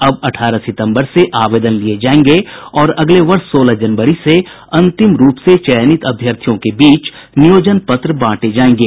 अब अठारह सितंबर से आवेदन लिये जायेंगे और अगले वर्ष सोलह जनवरी से अंतिम रूप से चयनित अभ्यर्थियों के बीच नियोजन पत्र बांटे जायेंगे